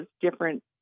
different